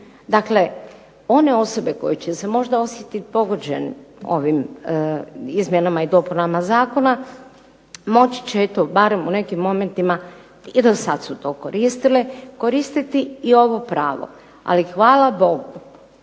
Dakle, one osobe koje će se možda osjetit pogođene ovim izmjenama i dopunama zakona moći će eto barem u nekim momentima, jedan sat su to koristile, koristiti i ovo pravo. Ali hvala Bogu,